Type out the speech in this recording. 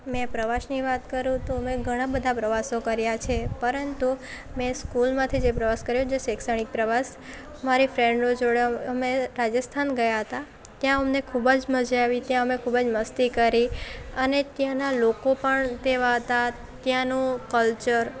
મેં પ્રવાસની વાત કરું તો મેં ઘણા બધા પ્રવાસો કર્યા છે પરંતુ મેં સ્કૂલમાંથી જે પ્રવાસ કર્યો જે શૈક્ષણિક પ્રવાસ મારી ફ્રેન્ડો જોડે અમે રાજસ્થાન ગયા હતા ત્યાં અમને ખૂબ જ મજા આવી ત્યાં અમે ખૂબ જ મસ્તી કરી અને ત્યાંના લોકો પણ તેવા હતા ત્યાંનું કલ્ચર